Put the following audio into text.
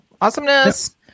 Awesomeness